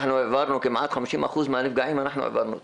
אנחנו העברנו מעל 50 אחוז מהנפגעים אנחנו העברנו אותם,